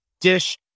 dish